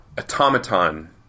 automaton